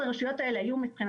אני בקשר